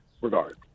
regard